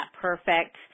perfect